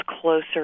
closer